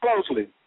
closely